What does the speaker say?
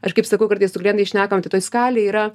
aš kaip sakau kartais su klientais šnekamtai toj skalėje yra